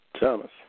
Thomas